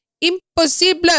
Impossible